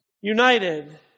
united